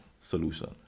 solution